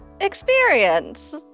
Experience